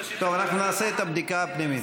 טוב, אנחנו נעשה את הבדיקה הפנימית.